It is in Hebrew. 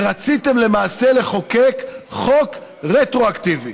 ורציתם למעשה לחוקק חוק רטרואקטיבי,